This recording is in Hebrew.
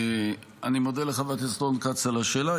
אני מודה לחבר הכנסת רון כץ על השאלה,